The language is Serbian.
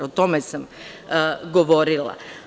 O tome sam govorila.